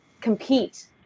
compete